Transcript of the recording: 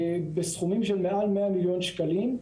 בסכומים של מעל מאה מיליון שקלים.